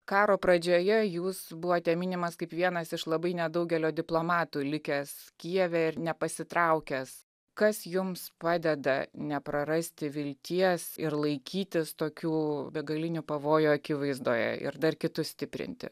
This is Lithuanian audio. karo pradžioje jūs buvote minimas kaip vienas iš labai nedaugelio diplomatų likęs kijeve ir nepasitraukęs kas jums padeda neprarasti vilties ir laikytis tokių begalinių pavojų akivaizdoje ir dar kitus stiprinti